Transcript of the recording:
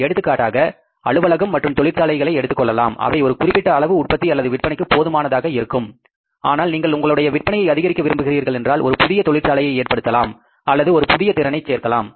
எடுத்துக்காட்டாக அலுவலகம் மற்றும் தொழிற்சாலையை எடுத்துக்கொள்ளலாம் அவை ஒரு குறிப்பிட்ட அளவு உற்பத்தி அல்லது விற்பனைக்கு போதுமானதாக இருக்கும் ஆனால் நீங்கள் உங்களுடைய விற்பனையை அதிகரிக்க விரும்புகிறீர்கள் என்றால் ஒரு புதிய தொழிற்சாலையை ஏற்படுத்தலாம் அல்லது ஒரு புதிய திறனை சேர்க்கலாம்